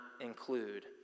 include